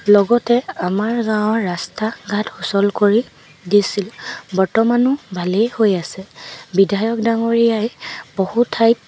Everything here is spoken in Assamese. লগতে আমাৰ গাঁৱৰ ৰাস্তা ঘাট সুচল কৰি দিছিল বৰ্তমানো ভালেই হৈ আছে বিধায়ক ডাঙৰীয়াই বহু ঠাইত